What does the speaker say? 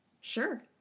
Sure